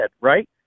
right